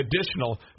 additional